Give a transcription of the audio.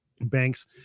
banks